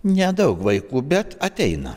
nedaug vaikų bet ateina